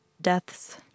Deaths